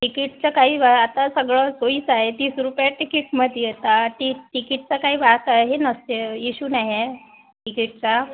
तिकीटचं काही वा आता सगळं सोयीच आहे तीस रुपया तिकीटमध्ये येतात तिक तिकीटचं काही वाच आहे नसते इश्यू नाही आहे तिकीटचा